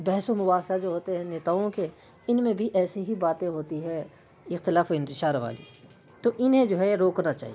بحث و مباحثہ جو ہوتے ہیں نیتاؤں کے ان میں بھی ایسی ہی باتیں ہوتی ہیں اختلاف و انتشار والی تو انہیں جو ہے روکنا چاہیے